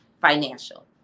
financial